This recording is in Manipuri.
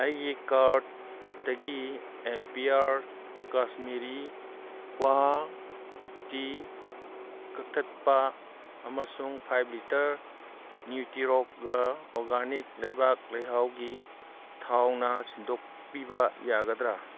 ꯑꯩꯒꯤ ꯀꯥꯔꯠꯇꯒꯤ ꯑꯦꯝꯄꯤꯌꯥꯔ ꯀꯥꯁꯃꯤꯔꯤ ꯀ꯭ꯋꯥ ꯇꯤ ꯀꯛꯊꯠꯄ ꯑꯃꯁꯨꯡ ꯐꯥꯏꯚ ꯂꯤꯇꯔ ꯅ꯭ꯌꯨꯇꯤꯔꯣꯛꯒ ꯑꯣꯔꯒꯥꯅꯤꯛ ꯂꯩꯕꯥꯛ ꯂꯩꯍꯥꯎꯒꯤ ꯊꯥꯎꯅ ꯁꯤꯟꯗꯣꯛꯄꯤꯕ ꯌꯥꯒꯗ꯭ꯔꯥ